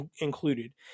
included